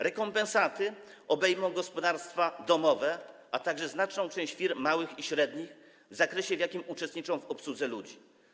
Rekompensaty obejmą gospodarstwa domowe, a także znaczną część firm małych i średnich w zakresie, w jakim uczestniczą w obsłudze ludzi.